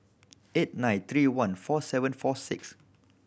eight nine three one four seven four six